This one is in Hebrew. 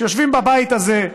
שיושבים בבית הזה,